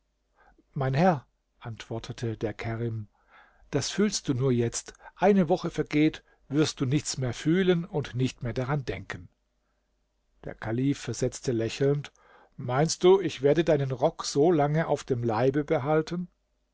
mein herr antwortete der kerim das fühlst du nur jetzt ehe eine woche vergeht wirst du nichts mehr fühlen und nicht mehr daran denken der kalif versetzte lächelnd meinst du ich werde deinen rock so lange auf dem leibe behalten